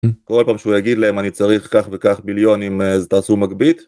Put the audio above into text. כל פעם שהוא יגיד להם אני צריך כך וכך ביליון אם זה תעשו מקביט.